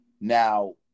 Now